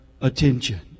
attention